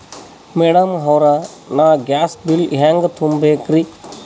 Madam ಅವ್ರ, ನಾ gas bill ಹೆಂಗ ತುಂಬಾ ಬೇಕ್ರಿ?